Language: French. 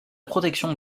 protection